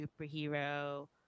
superhero